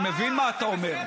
אני מבין מה אתה אומר.